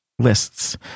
lists